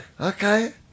Okay